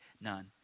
none